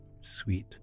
sweet